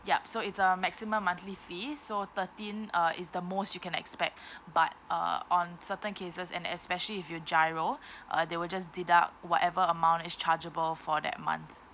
yup so it's a maximum monthly fee so thirteen uh is the most you can expect but uh on certain cases and especially if you GIRO uh they will just deduct whatever amount is chargeable for that month